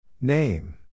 Name